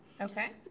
Okay